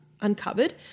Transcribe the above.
uncovered